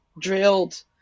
drilled